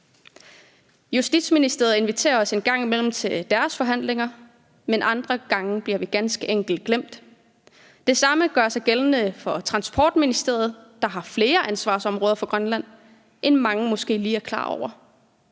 Justitsministeriet inviterer os en gang imellem til deres forhandlinger, men andre gange bliver vi ganske enkelt glemt. Det samme gør sig gældende for Transportministeriet, der har flere ansvarsområder for Grønland, end mange måske lige er klar over.